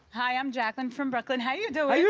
hi, i'm jaclyn from brooklyn. how you doin'? how you